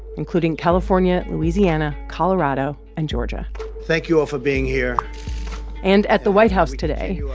including california, louisiana, colorado and georgia thank you all for being here and at the white house today,